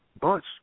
bunch